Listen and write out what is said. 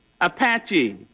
Apache